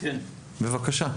בבקשה.